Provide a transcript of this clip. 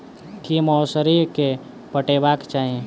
की मौसरी केँ पटेबाक चाहि?